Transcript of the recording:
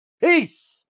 Peace